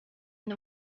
and